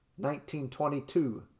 1922